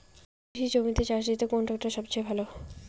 কৃষি জমিতে চাষ দিতে কোন ট্রাক্টর সবথেকে ভালো?